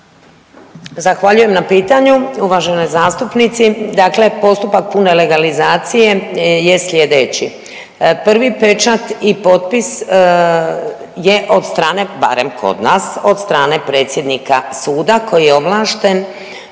Zahvaljujem na pitanju uvaženoj zastupnici. Dakle postupak pune legalizacije je slijedeći, prvi pečat i potpis je od strane, barem kod nas, od strane predsjednika suda koji je ovlašten